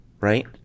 right